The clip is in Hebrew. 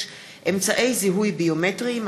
6) (אמצעי זיהוי ביומטריים),